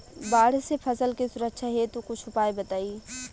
बाढ़ से फसल के सुरक्षा हेतु कुछ उपाय बताई?